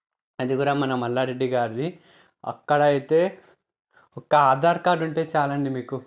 అది కూడా మన మల్లారెడ్డి గారిది అక్కడ అయితే ఒక్క ఆధార్ కార్డ్ ఉంటే చాలండి మీకు